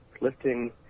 lifting